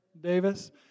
Davis